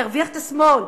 תרוויח את השמאל.